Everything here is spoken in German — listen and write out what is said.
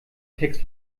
text